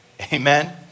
amen